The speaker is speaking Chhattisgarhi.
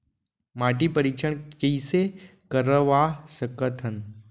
माटी परीक्षण कइसे करवा सकत हन?